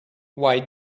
why